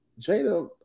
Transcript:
Jada